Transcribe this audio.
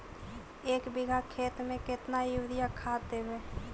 एक बिघा खेत में केतना युरिया खाद देवै?